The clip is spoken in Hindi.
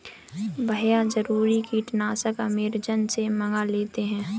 भैया जरूरी कीटनाशक अमेजॉन से मंगा लेते हैं